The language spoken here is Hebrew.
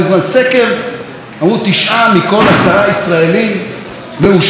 אמרו: תשעה מכל עשרה ישראלים מאושר וגאה להיות ישראלי.